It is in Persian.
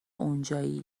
اونجایی